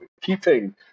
keeping